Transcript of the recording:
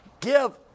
give